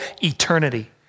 eternity